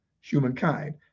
humankind